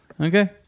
Okay